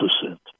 percent